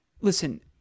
Listen